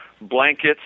blankets